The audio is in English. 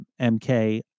MK